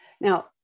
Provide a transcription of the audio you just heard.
now